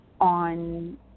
on